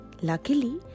Luckily